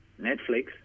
Netflix